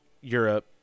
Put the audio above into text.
Europe